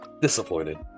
Disappointed